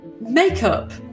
makeup